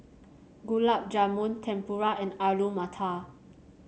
Gulab Jamun Tempura and Alu Matar